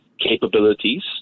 capabilities